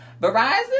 Verizon